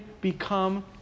become